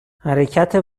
حرکت